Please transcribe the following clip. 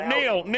Neil